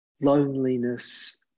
loneliness